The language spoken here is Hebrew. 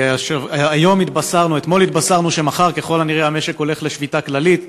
אתמול התבשרנו שמחר ככל הנראה המשק הולך לשביתה כללית,